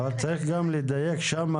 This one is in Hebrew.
אבל צריך גם לדייק שם.